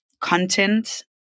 Content